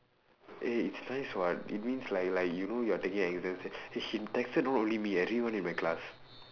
eh it's nice [what] it means like like you know you're taking exams eh she texted not only me everyone in my class